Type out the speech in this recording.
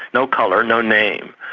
no colour, no name,